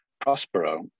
Prospero